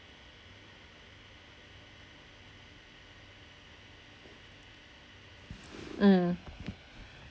mm